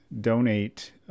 donate –